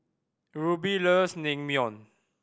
Ruby loves Naengmyeon